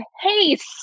haste